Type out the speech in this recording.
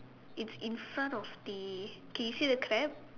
it's in front of the okay you see the crab